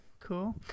Cool